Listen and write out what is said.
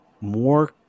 more